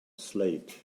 slate